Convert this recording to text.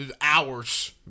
hours